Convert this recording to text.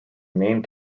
main